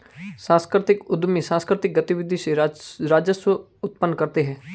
सांस्कृतिक उद्यमी सांकृतिक गतिविधि से राजस्व उत्पन्न करते हैं